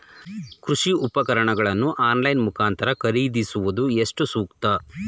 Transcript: ಕೃಷಿ ಉಪಕರಣಗಳನ್ನು ಆನ್ಲೈನ್ ಮುಖಾಂತರ ಖರೀದಿಸುವುದು ಎಷ್ಟು ಸೂಕ್ತ?